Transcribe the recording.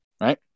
right